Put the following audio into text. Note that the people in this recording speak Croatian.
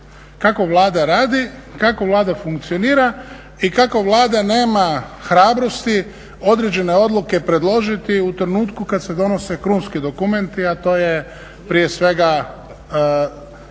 kako Vlada radi, kako Vlada funkcionira i kako Vlada nema hrabrosti određene odluke predložiti u trenutku kad se donose krunski dokumenti, a to je prije svega